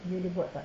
dia ada buat tak